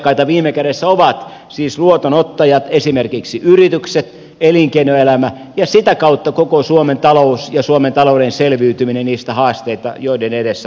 asiakkaita viime kädessä ovat siis luotonottajat esimerkiksi yritykset elinkeinoelämä ja sitä kautta koko suomen talous ja suomen talouden selviytyminen niistä haasteista joiden edessä ollaan